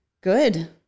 good